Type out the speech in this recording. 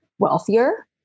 Wealthier